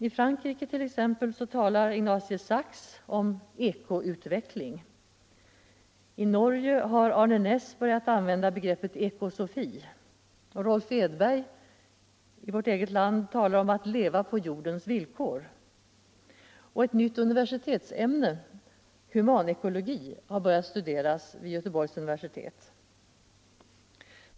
I Frankrike talar t.ex. Ignatius Sachs om ekoutveckling, i Norge har Arne Naess börjat använda begreppet ekosofi, och i vårt eget land talar Rolf Edberg om att leva på jordens villkor. Ett nytt universitetsämne, humanekologi, har också börjat studeras vid Göteborgs universitet.